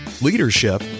leadership